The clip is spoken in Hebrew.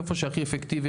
איפה שהכי אפקטיבי,